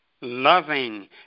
loving